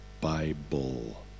Bible